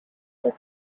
the